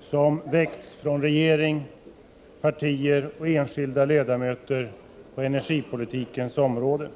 som väckts under våren från regering, partier och enskilda ledamöter på energipolitikens område.